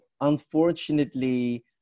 Unfortunately